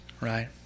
right